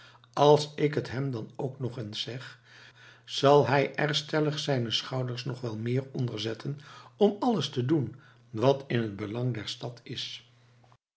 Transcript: als ik het hem dan ook nog eens zeg zal hij er stellig zijne schouders nog wel meer onder zetten om alles te doen wat in het belang der stad is